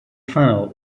funnel